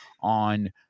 on